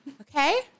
Okay